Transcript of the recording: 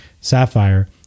sapphire